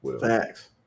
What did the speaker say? Facts